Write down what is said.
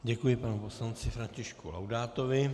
Děkuji panu poslanci Františku Laudátovi.